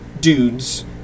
dudes